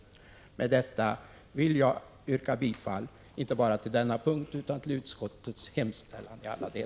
Med detta vill jag yrka bifall till utskottets hemställan — inte bara vid denna punkt utan i alla delar.